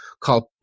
called